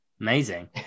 amazing